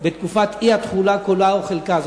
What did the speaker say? בתקופת האי-תחולה, כולה או חלקה.